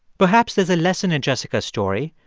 perhaps as a lesson in jessica's story,